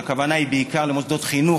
והכוונה היא בעיקר במוסדות חינוך,